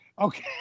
Okay